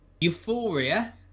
Euphoria